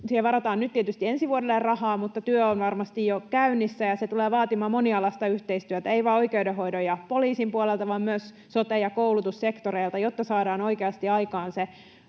Siihen varataan nyt tietysti ensi vuodelle rahaa, mutta työ on varmasti jo käynnissä, ja se tulee vaatimaan monialaista yhteistyötä ei vain oikeudenhoidon ja poliisin puolelta vaan myös sote- ja koulutussektoreilta, jotta saadaan oikeasti aikaan se